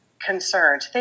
concerned